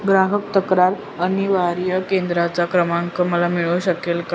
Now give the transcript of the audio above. ग्राहक तक्रार निवारण केंद्राचा क्रमांक मला मिळू शकेल का?